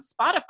spotify